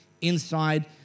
inside